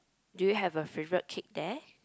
do you have a favourite cake there